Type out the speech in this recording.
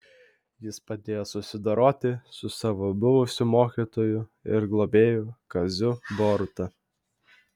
jis padėjo susidoroti su savo buvusiu mokytoju ir globėju kaziu boruta